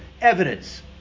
evidence